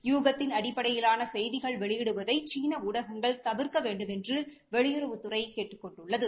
யூகத்தின் அடிப்படையிலான செய்திகள் வெளியிடுவதை சீன ஊடகங்கள் தவிர்க்க வேண்டுமென்று வெளியுறவுத்துறை கேட்டுக் கொண்டுள்ளது